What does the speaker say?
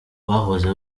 bahoze